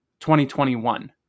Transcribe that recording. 2021